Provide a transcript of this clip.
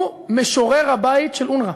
הוא משורר הבית של אונר"א,